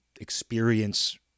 experience